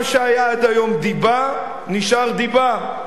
מה שהיה עד היום דיבה, נשאר דיבה.